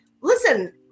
listen